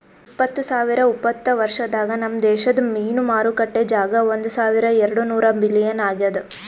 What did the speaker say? ಇಪ್ಪತ್ತು ಸಾವಿರ ಉಪತ್ತ ವರ್ಷದಾಗ್ ನಮ್ ದೇಶದ್ ಮೀನು ಮಾರುಕಟ್ಟೆ ಜಾಗ ಒಂದ್ ಸಾವಿರ ಎರಡು ನೂರ ಬಿಲಿಯನ್ ಆಗ್ಯದ್